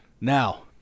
Now